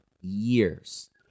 years